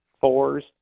fours